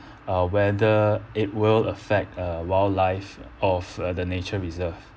uh whether it will affect uh wildlife of uh the nature reserve